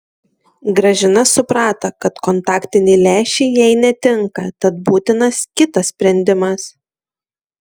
gražina suprato kad kontaktiniai lęšiai jai netinka tad būtinas kitas sprendimas